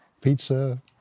pizza